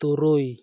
ᱛᱩᱨᱩᱭ